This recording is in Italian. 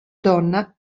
donna